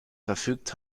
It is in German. verfügt